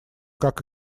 как